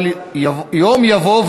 אבל יום יבוא,